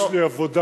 יש לי עבודה,